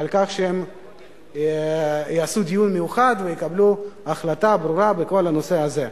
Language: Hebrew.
ועל כך שהם יעשו דיון מיוחד ויקבלו החלטה ברורה בכל הנושא הזה,